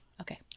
Okay